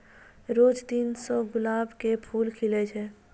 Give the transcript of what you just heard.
रोज तीन सौ गुलाब के फूल खिलै छै